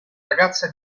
ragazza